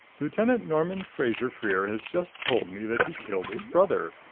lieutenant norman fraser-freer has just told me that he killed his brother,